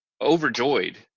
overjoyed